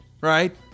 Right